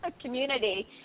community